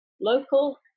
local